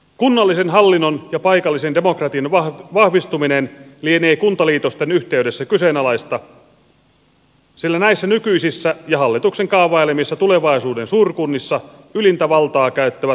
kunnallisen hallinnon ja paikallisen demokratian vahvistuminen lienee kuntaliitosten yhteydessä kyseenalaista sillä näissä nykyisissä ja hallituksen kaavailemissa tulevaisuuden suurkunnissa ylintä valtaa käyttävät kunnanvaltuustot